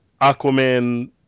aquaman